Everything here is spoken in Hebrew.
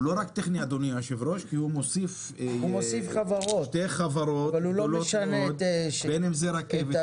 הוא מוסיף שתי חברות, אבל הוא לא משנה את השיטה.